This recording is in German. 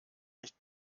nicht